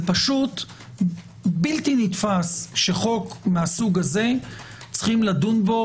זה בלתי נתפס שחוק מהסוג הזה יש לדון בו